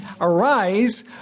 Arise